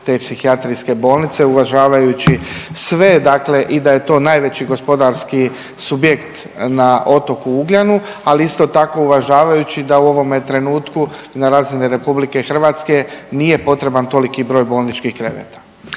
te psihijatrijske bolne uvažavajući sve dakle i da je to najveći gospodarski subjekt na otoku Ugljanu, ali isto tako uvažavajući da u ovome trenutku na razini RH nije potreban toliki broj bolničkih kreveta